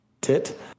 tit